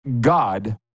God